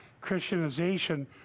Christianization